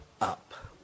up